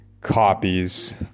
copies